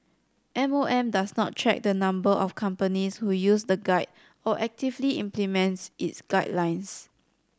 M O M does not track the number of companies who use the guide or actively implement its guidelines